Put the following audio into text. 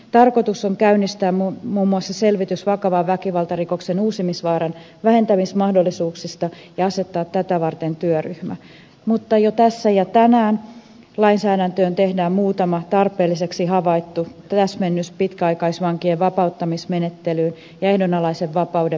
tarkoitus on käynnistää muun muassa selvitys vakavan väkivaltarikoksen uusimisvaaran vähentämismahdollisuuksista ja asettaa tätä varten työryhmä mutta jo tässä ja tänään lainsäädäntöön tehdään muutama tarpeelliseksi havaittu täsmennys pitkäaikaisvankien vapauttamismenettelyyn ja ehdonalaisen vapauden valvontaan liittyen